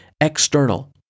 external